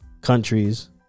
countries